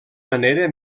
manera